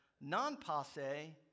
non-passe